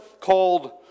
called